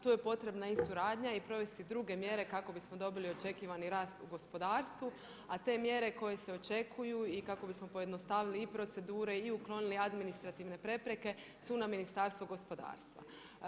Tu je potrebna i suradnja i provesti druge mjere kako bismo dobili očekivani rasta u gospodarstvu a te mjere koje se očekuju i kako bismo pojednostavili i procedure i uklonili administrativne prepreke su na Ministarstvu gospodarstva.